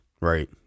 right